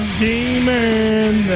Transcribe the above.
demon